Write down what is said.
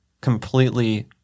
completely